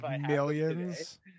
millions